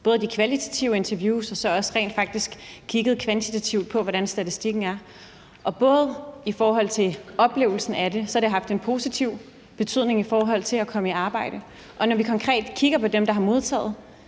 i kvalitative interviews, og man har rent faktisk også kigget kvantitativt på, hvordan statistikken er. Og i forhold til oplevelsen af det har det haft en positiv betydning i forhold til at komme i arbejde, og når vi konkret kigger på dem, der har modtaget